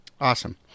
Awesome